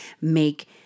make